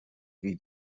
wie